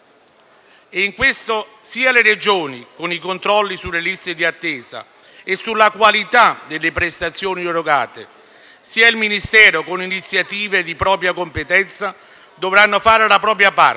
in questo sia le Regioni, con i controlli sulle liste di attesa e sulla qualità delle prestazioni erogate, sia il Ministero, con iniziative di propria competenza, dovranno fare la propria parte,